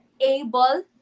able